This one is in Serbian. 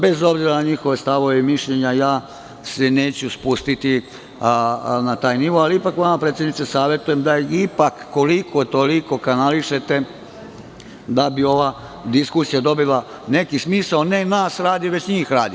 Bez obzira na njihove stavove i mišljenja, ja se neću spustiti na taj nivo, ali ipak vama, predsedniče, savetujem da ipak, koliko-toliko kanališete, da bi ova diskusija dobila neki smisao ne nas radi, već njih radi.